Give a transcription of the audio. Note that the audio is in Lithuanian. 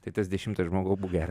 tai tas dešimtas žmogau būk geras